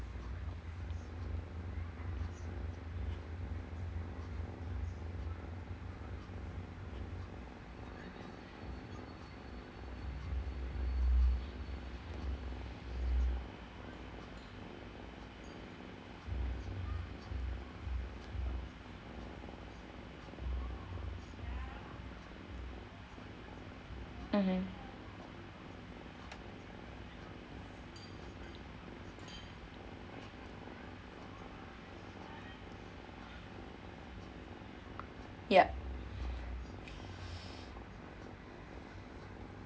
ya